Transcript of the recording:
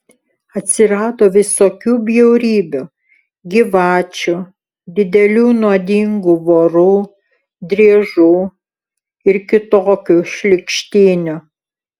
atsirado visokių bjaurybių gyvačių didelių nuodingų vorų driežų ir kitokių šlykštynių